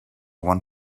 want